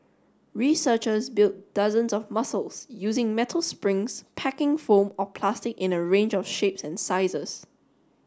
researchers built dozens of muscles using metal springs packing foam or plastic in a range of shapes and sizes